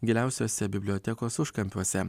giliausiuose bibliotekos užkampiuose